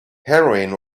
heroin